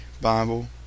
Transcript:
Bible